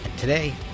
Today